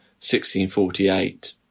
1648